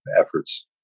efforts